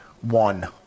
one